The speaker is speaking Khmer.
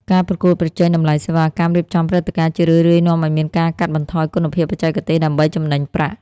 ការប្រកួតប្រជែងតម្លៃសេវាកម្មរៀបចំព្រឹត្តិការណ៍ ជារឿយៗនាំឱ្យមានការកាត់បន្ថយគុណភាពបច្ចេកទេសដើម្បីចំណេញប្រាក់។